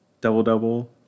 double-double